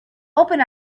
open